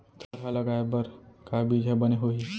थरहा लगाए बर का बीज हा बने होही?